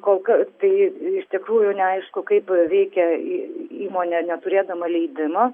kol kas tai iš tikrųjų neaišku kaip veikia į įmonė neturėdama leidimo